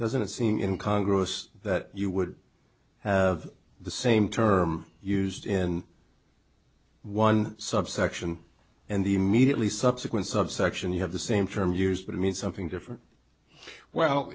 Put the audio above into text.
doesn't seeing in congress that you would have the same term used in one subsection and the immediately subsequent subsection you have the same term used but it means something different well